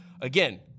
Again